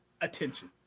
attention